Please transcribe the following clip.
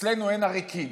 אצלנו אין עריקים,